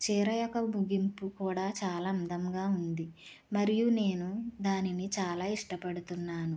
చీర యొక్క ముగింపు కూడా చాలా అందంగా ఉంది మరియు నేను దానిని చాలా ఇష్టపడుతున్నాను